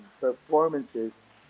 performances